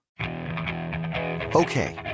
Okay